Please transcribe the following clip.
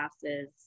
classes